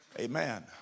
Amen